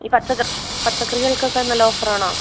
ഈ പച്ചക്കറി പച്ചക്കറികൾക്കൊക്കെ നല്ല ഓഫറാണോ